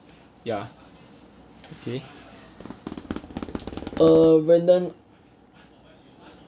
ya okay uh brandon